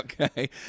Okay